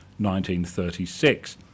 1936